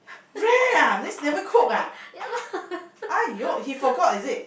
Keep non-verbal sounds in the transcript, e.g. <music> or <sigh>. <laughs> yeah lah <laughs>